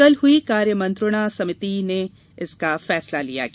कल हुई कार्यमंत्रणा समिति में इसका फैसला लिया गया